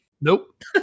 Nope